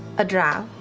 a drow.